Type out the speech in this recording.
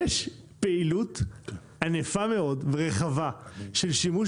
יש פעילות ענפה מאוד ורחבה של שימוש